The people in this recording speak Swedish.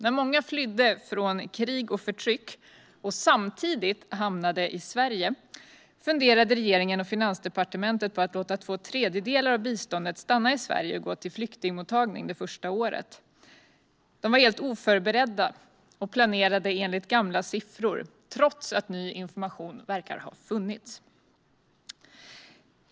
När många flydde från krig och förtryck och samtidigt hamnade i Sverige funderade regeringen och Finansdepartementet på att låta två tredjedelar av biståndet stanna i Sverige och gå till flyktingmottagning det första året. De var helt oförberedda och planerade enligt gamla siffror, trots att ny information verkar ha funnits.